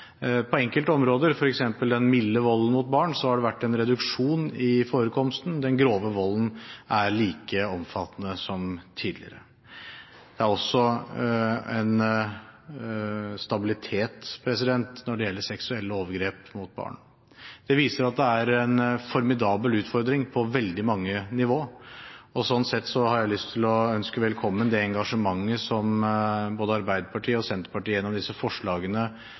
På enkelte områder, f.eks. den milde volden mot barn, har det vært en reduksjon i forekomsten. Den grove volden er like omfattende som tidligere. Det er også en stabilitet når det gjelder seksuelle overgrep mot barn. Det viser at det er en formidabel utfordring på veldig mange nivå, og slik sett har jeg lyst til å ønske velkommen det engasjementet som både Arbeiderpartiet og Senterpartiet gjennom disse forslagene